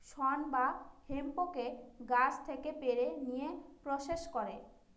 শন বা হেম্পকে গাছ থেকে পেড়ে নিয়ে প্রসেস করে